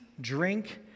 drink